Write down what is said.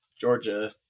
Georgia